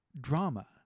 drama